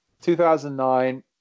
2009